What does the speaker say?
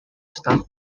stuff